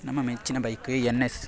ನಮ್ಮ ಮೆಚ್ಚಿನ bike N S